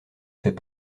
fait